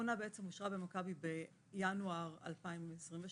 האחרונה אושרה במכבי בינואר 2022,